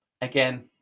Again